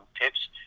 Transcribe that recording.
tips